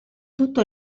tutto